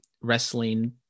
wrestling